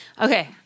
Okay